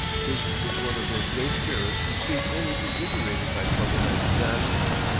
his was one of those great spirits which seem only invigorated by trouble and disasters.